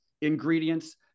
ingredients